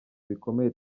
bikomeye